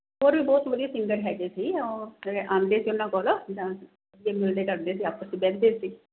ਹੋਰ ਵੀ ਬਹੁਤ ਵਧੀਆ ਸਿੰਗਰ ਹੈਗੇ ਜੀ ਓਹ ਆਉਂਦੇ ਸੀ ਉਹਨਾਂ ਕੋਲ ਜਾਂ ਮਿਲਦੇ ਕਰਦੇ ਸੀ ਆਪਸ 'ਚ ਬਹਿੰਦੇ ਸੀ